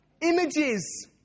Images